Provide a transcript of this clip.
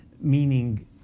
meaning